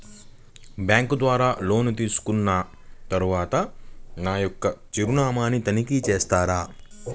Bank ద్వారా loan తీసుకున్న తరువాత నా యొక్క చిరునామాని తనిఖీ చేస్తారా?